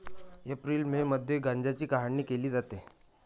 April May मध्ये गांजाची काढणी केली जाते